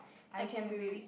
I can be with